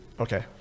Okay